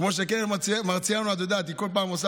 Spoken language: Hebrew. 10 מיליארד ו-20 מיליארד לחודשיים,